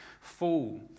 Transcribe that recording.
Fall